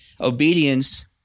Obedience